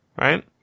right